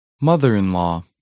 Mother-in-law